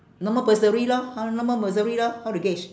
no more bursary lor how no more bursary lor how to gauge